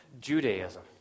Judaism